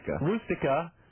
rustica